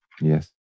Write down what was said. Yes